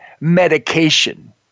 medication